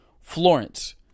Florence